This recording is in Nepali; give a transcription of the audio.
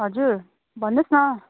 हजुर भन्नुहोस् न